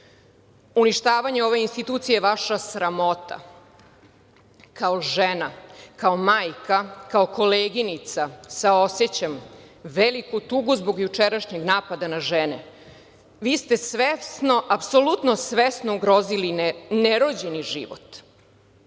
Uništavanje ove institucije je vaša sramota. Kao žena, kao majka, kao koleginica, saosećam veliku tugu zbog jučerašnjeg napada na žene. Vi ste svesno, apsolutno svesno ugrozili nerođeni život.